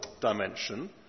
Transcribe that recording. dimension